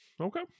okay